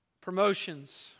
Promotions